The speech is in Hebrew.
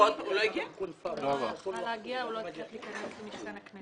הוא לא הצליח להיכנס למשכן הכנסת.